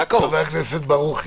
חבר הכנסת ברוכי.